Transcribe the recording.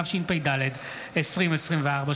התשפ"ד 2024,